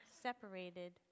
separated